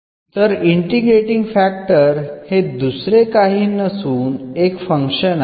तर integrating factor हे दुसरे काही नसून एक फंक्शन आहे